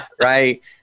right